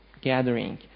gathering